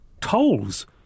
tolls